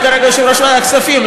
ניסן כרגע יושב-ראש ועדת הכספים,